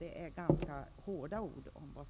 Det är ganska hårda ord om vad som sker här.